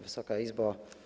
Wysoka Izbo!